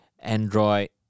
Android